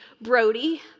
Brody